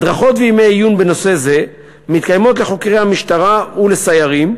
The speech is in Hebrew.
הדרכות וימי עיון בנושא זה מתקיימות לחוקרי משטרה ולסיירים,